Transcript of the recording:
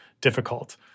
difficult